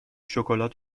شکلات